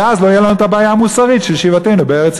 ואז לא תהיה לנו הבעיה המוסרית של ישיבתנו בארץ-ישראל,